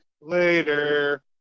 Later